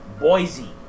Boise